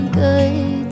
good